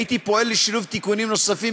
הייתי פועל לשילוב תיקונים נוספים,